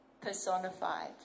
personified